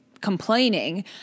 complaining